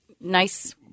nice